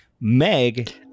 Meg